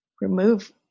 remove